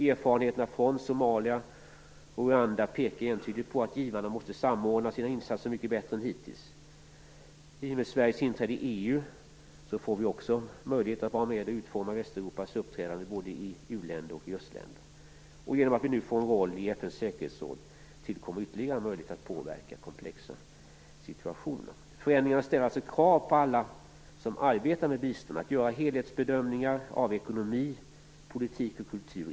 Erfarenheterna från Somalia och Rwanda pekar entydigt på att givarna måste samordna sina insatser mycket bättre än hittills. I och med Sveriges inträde i EU, får vi också möjlighet att vara med och utforma Västeuropas uppträdande både i u-länder och i östländer. Genom att vi nu får en roll i FN:s säkerhetsråd, tillkommer ytterligare en möjlighet att påverka komplexa situationer. Förändringarna ställer alltså krav på alla som arbetar med bistånd att göra helhetsbedömningar av ekonomi, politik och kultur.